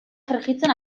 frijitzen